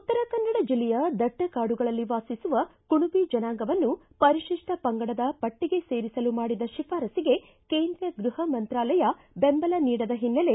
ಉತ್ತರ ಕನ್ನಡ ಜಿಲ್ಲೆಯ ದಟ್ಟ ಕಾಡುಗಳಲ್ಲಿ ವಾಸಿಸುವ ಕುಣಬಿ ಜನಾಂಗವನ್ನು ಪರಿಶಿಷ್ಲ ಪಂಗಡದ ಪಟ್ಟಗೆ ಸೇರಿಸಲು ಮಾಡಿದ ಶಿಫಾರಸ್ಸಿಗೆ ಕೇಂದ್ರ ಗೃಹ ಮಂತಾಲಯ ಬೆಂಬಲ ನೀಡದ ಹಿನ್ನೆಲೆ